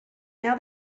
now